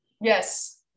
Yes